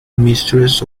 mistress